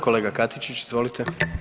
Kolega Katičić, izvolite.